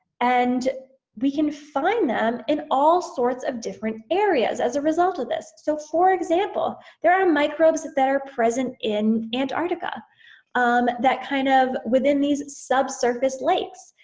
and we can find them in all sorts of different areas as a result of this. so for example there are microbes that that are present in antarctica um that kind of within these subsurface lakes.